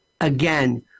again